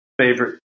favorite